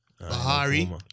Bahari